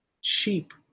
sheep